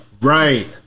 Right